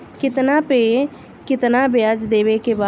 कितना पे कितना व्याज देवे के बा?